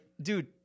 dude